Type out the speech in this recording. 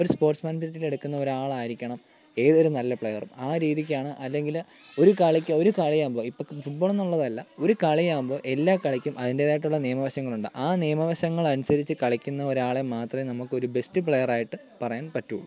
ഒരു സ്പോർട്സ്മാൻ സ്പിരിറ്റിലെടുക്കുന്ന ഒരാളായിരിക്കണം ഏതൊരു നല്ല പ്ലയറും ആ രീതിക്കാണ് അല്ലെങ്കിൽ ഒരു കളിക്ക് ഒരു കളി ആവുമ്പോൾ ഇപ്പം ഫുട്ബോൾ എന്നുള്ളതല്ല ഒരു കളിയാവുമ്പോൾ എല്ലാ കളിക്കും അതിൻറ്റേതായിട്ടുള്ള നിയമ വശങ്ങളുണ്ട് ആ നിയമവശങ്ങൾ അനുസരിച്ച് കളിക്കുന്ന ഒരാളെ മാത്രമേ നമുക്കൊരു ബെസ്റ്റ് പ്ലയർ ആയിട്ട് പറയാൻ പറ്റൂള്ളൂ